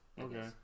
Okay